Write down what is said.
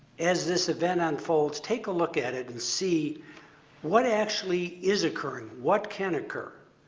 as this event unfolds, take a look at it and see what actually is occurring. what can occur?